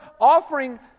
offering